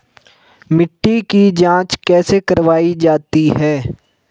मिट्टी की जाँच कैसे करवायी जाती है?